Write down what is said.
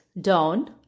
Down